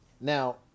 Now